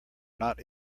not